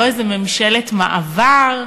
לא איזה ממשלת מעבר,